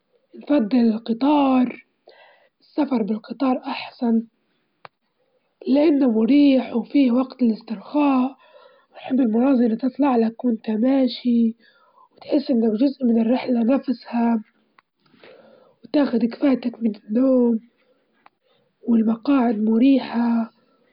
بنحب الشاي وخصوصًا مع الحليب وطريق- طريقة تحضيره بسيطة، تحط الشاي وبعدين تغليه مع الحليب والسكر مع نار هادية، تحب تبدأ بيه يومك، وفي كل وجت تحب تشرب فيه.